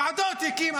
ועדות הקים.